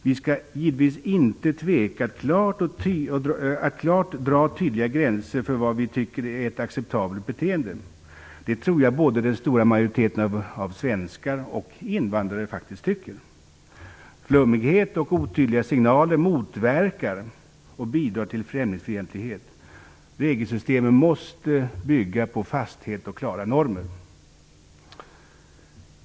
Vi skall givetvis inte tveka att klart dra tydliga gränser för vad vi tycker är ett acceptabelt beteende. Det tror jag faktiskt att en stor majoritet av både svenskar och invandrare tycker. Flummighet och otydliga signaler bidrar till främlingsfientlighet. Regelsystemet måste bygga på fasthet och på klara normer.